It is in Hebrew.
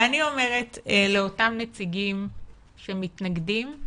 ואני אומרת לאותם נציגים שמתנגדים,